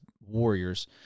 warriors